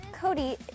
Cody